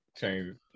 change